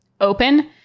open